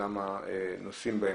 אלא שנוסעים יותר.